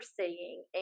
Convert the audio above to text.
seeing